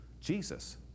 Jesus